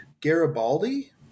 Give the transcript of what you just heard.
Garibaldi